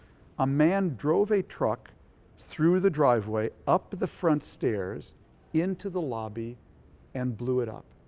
a man drove a truck through the driveway, up the front stairs into the lobby and blew it up.